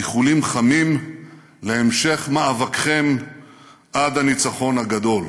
איחולים חמים להמשך מאבקכם עד הניצחון הגדול",